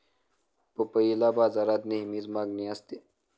पपईला बाजारात नेहमीच मागणी असते